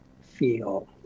feel